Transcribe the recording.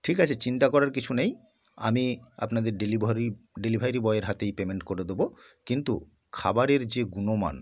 ঠিক আছে চিন্তা করার কিছু নেই আমি আপনাদের ডেলিভারি ডেলিভারি বয়ের হাতেই পেমেন্ট করে দেবো কিন্তু খাবারের যে গুণমান